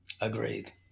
Agreed